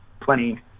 plenty